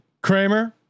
Kramer